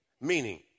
Meaning